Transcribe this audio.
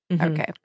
Okay